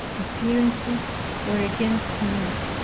appearances were against me.